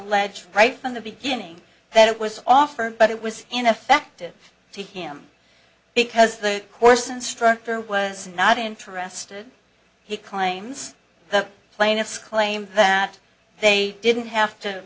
eged right from the beginning that it was offered but it was ineffective to him because the course instructor was not interested he claims the plaintiffs claim that they didn't have to